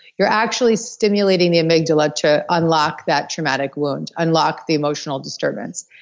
you're actually stimulating the amygdala to unlock that traumatic wound, unlock the emotional disturbance.